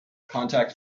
contact